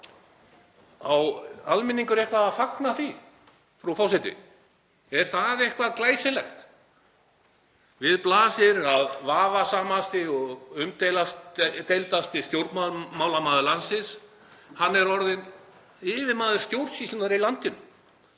Á almenningur eitthvað að fagna því, frú forseti? Er það eitthvað glæsilegt? Við blasir að vafasamasti og umdeildasti stjórnmálamaður landsins er orðinn yfirmaður stjórnsýslunnar í landinu.